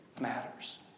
matters